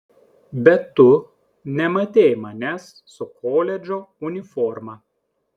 bet tu nematei manęs su koledžo uniforma